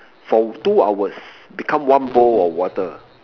for two hours become one bowl of water